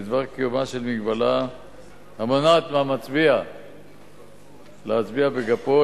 בדבר קיומה של מגבלה המונעת מהמצביע להצביע בגפו,